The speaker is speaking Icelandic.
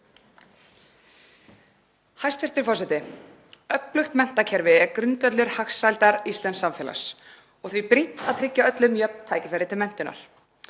Hæstv. forseti. Öflugt menntakerfi er grundvöllur hagsældar íslensks samfélags og því er brýnt að tryggja öllum jöfn tækifæri til menntunar.